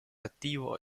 attivo